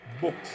books